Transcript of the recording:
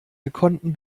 gekonnten